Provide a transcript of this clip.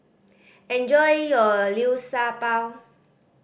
enjoy your Liu Sha Bao